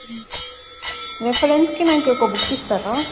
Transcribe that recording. రెఫెరెన్స్కి నాకు ఒక బుక్ ఇస్తారా